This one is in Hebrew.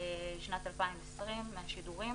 שנת 2020, מהשידורים